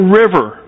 river